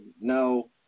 no